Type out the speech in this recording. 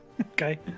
Okay